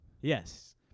yes